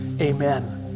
amen